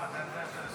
להלן תוצאות